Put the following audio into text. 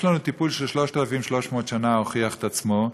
יש לנו טיפול ש-3,300 שנה הוכיח את עצמו,